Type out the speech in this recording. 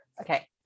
okay